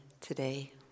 today